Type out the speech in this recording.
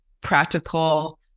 practical